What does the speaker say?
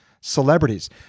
celebrities